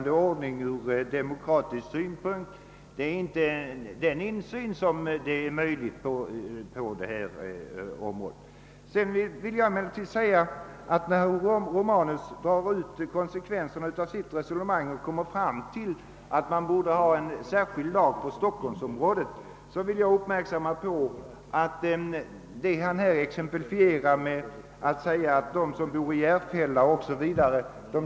Den ordning som nu gäller ger inte heller behövlig insyn på detta område. Herr Romanus drar ut konsekvenserna av sitt resonemang och kommer fram till att det borde finnas en särskild landstingslag för stockholmsområdet. Jag vill fästa uppmärksamheten på att när han exemplifierar detta med påståendet att de som bor i Järfälla etc.